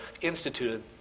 instituted